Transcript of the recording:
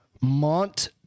Mont